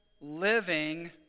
living